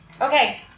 Okay